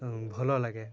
ଭଲ ଲାଗେ